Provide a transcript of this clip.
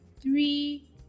three